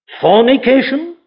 fornication